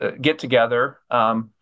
get-together